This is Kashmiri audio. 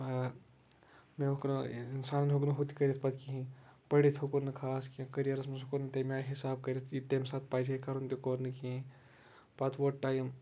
مےٚ ہیوٚک نہٕ انسانن ہیوٚک نہٕ ہُہ تہِ کٔرِتھ پَتہٕ کِہینۍ پٔرِتھ ہیوٚکُن نہٕ خاص کیٚنٛہہ کٔریرَس منٛز کوٚر نہٕ تَمہِ آیہِ حِساب کٔرِتھ یہِ تَمہِ ساتہٕ پَزِ ہا تہِ کوٚر نہٕ کِہینۍ پتہٕ ووت ٹایم